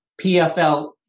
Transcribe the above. PFL